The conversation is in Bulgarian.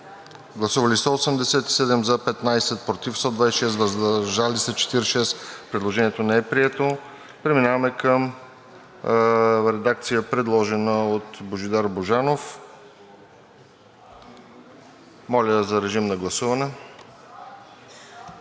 представители: за 15, против 126, въздържали се 46. Предложението не е прието. Преминаваме към редакцията, предложена от Божидар Божанов. Моля, режим на гласуване.